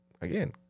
again